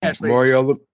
Mario